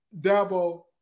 Dabo